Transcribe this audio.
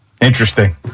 Interesting